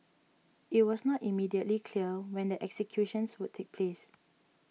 it was not immediately clear when the executions would take place